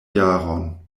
jaron